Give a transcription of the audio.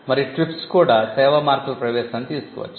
మరియు TRIPS కూడా సేవా మార్కుల ప్రవేశాన్ని తీసుకు వచ్చింది